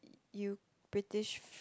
you British f~